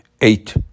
Eight